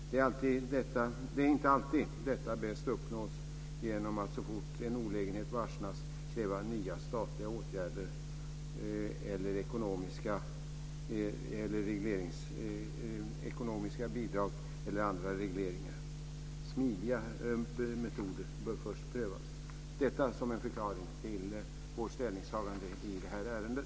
Det är inte alltid detta bäst uppnås genom att man så fort en olägenhet varsnas kräver åtgärder, ekonomiska bidrag eller andra regleringar. Smidiga metoder bör först prövas. Detta vill jag säga som en förklaring till vårt ställningstagande i det här ärendet.